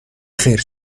خیر